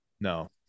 No